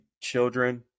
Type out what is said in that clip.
children